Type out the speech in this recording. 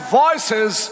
voices